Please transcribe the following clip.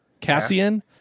Cassian